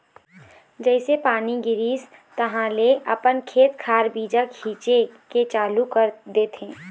जइसे पानी गिरिस तहाँले अपन खेत खार बीजा छिचे के चालू कर देथे